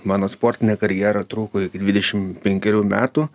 mano sportinė karjera truko iki dvidešim penkerių metų